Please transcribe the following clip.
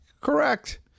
Correct